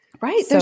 Right